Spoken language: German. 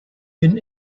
bin